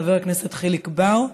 חבר הכנסת חיליק בר,